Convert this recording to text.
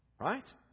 Right